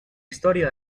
historia